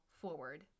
forward